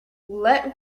let